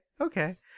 okay